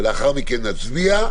ולאחר מכן נצביע,